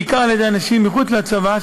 בעיקר על-ידי אנשים מחוץ לצבא,